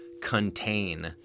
contain